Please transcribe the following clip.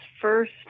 first